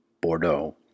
Bordeaux